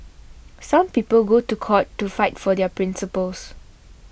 some people go to court to fight for their principles